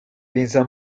piensa